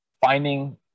finding